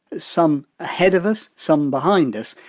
some ahead of us, some behind us,